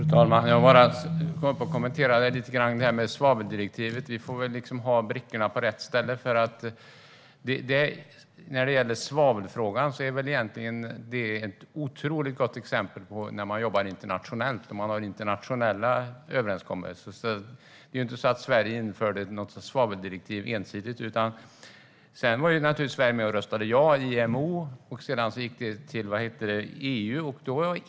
Fru talman! Jag vill kommentera det här med svaveldirektivet lite grann. Vi får väl ha brickorna på rätt ställe. Svavelfrågan är egentligen ett otroligt gott exempel på internationellt arbete och internationella överenskommelser. Det är inte så att Sverige införde något svaveldirektiv ensidigt. Men Sverige var naturligtvis med och röstade ja i IMO. Sedan gick det till EU.